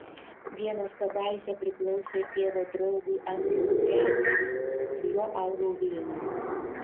vienas kadaise priklausė tėvo draugui andriui kuprevičiui su juo augau vilniuje